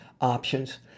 options